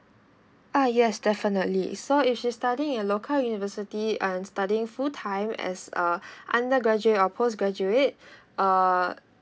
uh yes definitely so if she's studying in local university and studying full time as a undergraduate or post graduate uh